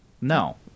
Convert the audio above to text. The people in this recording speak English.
No